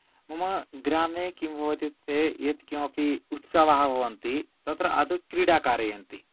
मम ग्रामे किं भवति इत्युक्ते यत्किमपि उत्सव भवन्ति तत्र आदौ क्रीडा कारयन्ति